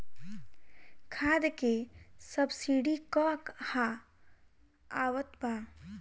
खाद के सबसिडी क हा आवत बा?